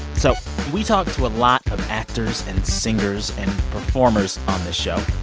so we talk to a lot of actors and singers and performers on this show.